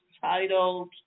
titled